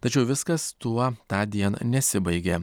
tačiau viskas tuo tądien nesibaigė